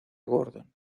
gordon